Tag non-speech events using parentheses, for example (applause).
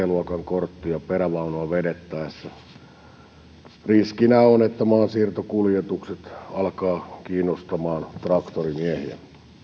(unintelligible) luokan korttia perävaunua vedettäessä ja riskinä on että maansiirtokuljetukset alkavat kiinnostamaan traktorimiehiä